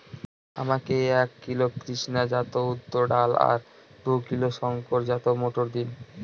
আমাকে এক কিলোগ্রাম কৃষ্ণা জাত উর্দ ডাল আর দু কিলোগ্রাম শঙ্কর জাত মোটর দিন?